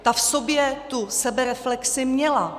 Ta v sobě tu sebereflexi měla.